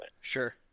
Sure